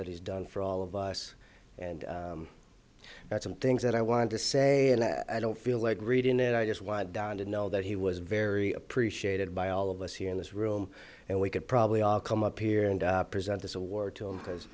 that he's done for all of us and some things that i want to say and i don't feel like reading it i just wanted down to know that he was very appreciated by all of us here in this room and we could probably all come up here and present this award to him because